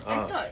uh